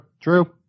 True